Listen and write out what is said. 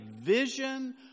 vision